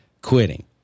quitting